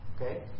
Okay